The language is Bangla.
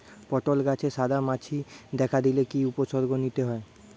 পটল গাছে সাদা মাছি দেখা দিলে কি কি উপসর্গ নিতে হয়?